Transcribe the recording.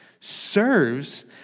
serves